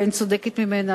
ואין צודקת ממנה,